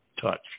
touch